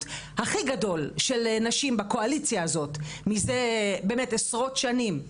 הכי גדול של נשים בקואליציה הזאת מזה עשרות שנים,